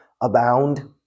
abound